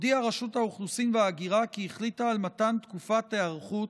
הודיעה רשות האוכלוסין וההגירה כי החליטה על מתן תקופת היערכות